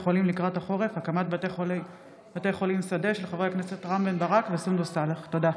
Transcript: של חברי הכנסת רם בן ברק וסונדוס סאלח בנושא: